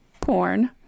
porn